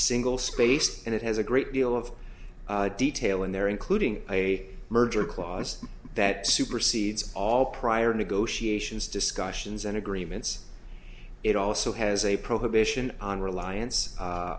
single spaced and it has a great deal of detail in there including a merger clause that supersedes all prior negotiations discussions and agreements it also has a prohibition on reliance